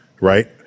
right